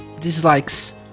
dislikes